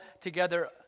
together